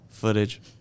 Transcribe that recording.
footage